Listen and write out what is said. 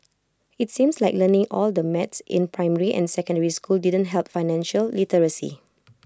it's seems like learning all the math in primary and secondary school didn't help financial literacy